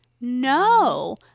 No